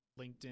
LinkedIn